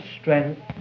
strength